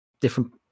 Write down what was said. different